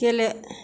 गेले